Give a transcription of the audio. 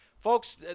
Folks